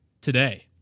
today